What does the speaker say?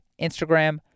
Instagram